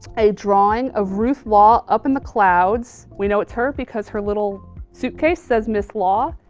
a drawing of ruth law up in the clouds, we know it's her because her little suitcase says miss law.